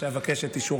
ואבקש את אישור